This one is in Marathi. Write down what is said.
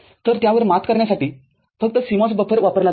तर त्यावर मात करण्यासाठीफक्त CMOS बफर वापरला जातो